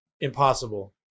impossible